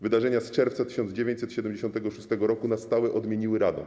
Wydarzenia z czerwca 1976 roku na stałe odmieniły Radom.